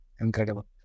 incredible